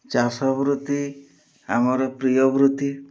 ଚାଷ ବୃତ୍ତି ଆମର ପ୍ରିୟ ବୃତ୍ତି